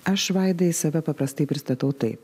aš vaidai save paprastai pristatau taip